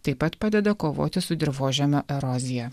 taip pat padeda kovoti su dirvožemio erozija